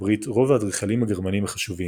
הברית רוב האדריכלים הגרמנים החשובים.